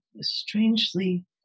strangely